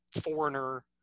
Foreigner